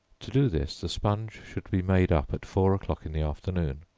to do this, the sponge should be made up at four o'clock in the afternoon.